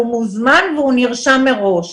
הוא מוזמן והוא נרשם מראש.